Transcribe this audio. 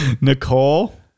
Nicole